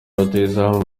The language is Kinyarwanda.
rutahizamu